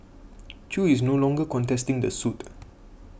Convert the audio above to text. Chew is no longer contesting the suit